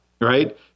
right